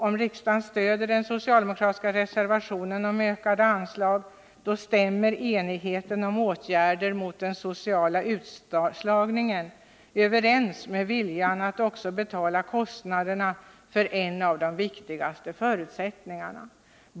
Om riksdagen stöder den socialdemokratiska reservationen om ökade anslag stämmer enigheten om åtgärder mot den sociala utslagningen överens med viljan att också betala kostnaderna för en av de viktigaste förutsättningarna.